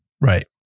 Right